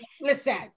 Listen